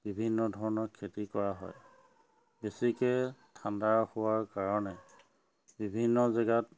বিভিন্ন ধৰণৰ খেতি কৰা হয় বেছিকৈ ঠাণ্ডা হোৱাৰ কাৰণে বিভিন্ন জেগাত